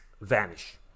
vanish